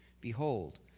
Behold